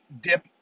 dip